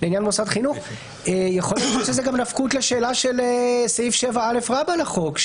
יכול להיות שיש לזה גם נפקות לשאלה של סעיף 7א לחוק.